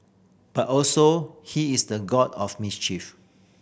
but also he is the god of mischief